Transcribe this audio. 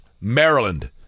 Maryland